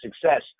success